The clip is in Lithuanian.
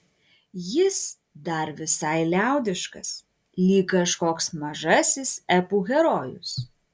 jis dar visai liaudiškas lyg kažkoks mažasis epų herojus